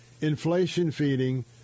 inflation-feeding